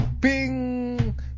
ping